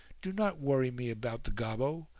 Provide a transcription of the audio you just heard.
do not worry me about the gobbo,